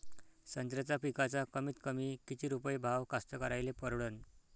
संत्र्याचा पिकाचा कमीतकमी किती रुपये भाव कास्तकाराइले परवडन?